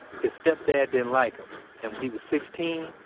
his stepdad didn't like him and, when he was sixteen,